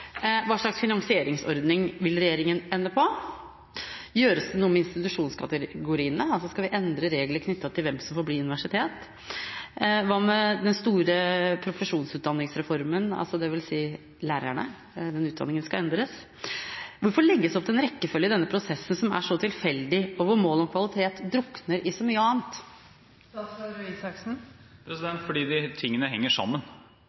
hva slags finansieringsordning regjeringen vil ende på, eller om det gjøres noe med institusjonskategoriene, altså om vi skal endre regler knyttet til hvem som får bli universitet. Og hva med den store profesjonsutdanningsreformen, dvs. for lærerne? Den utdanningen skal endres. Hvorfor legges det opp til en rekkefølge i denne prosessen som er så tilfeldig, og hvor målet om kvalitet drukner i så mye annet? Fordi disse tingene henger sammen.